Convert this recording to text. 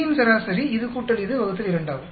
B1 இன் சராசரி இது கூட்டல் இது வகுத்தல் 2 ஆகும்